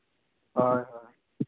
ᱦᱳᱭ